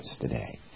today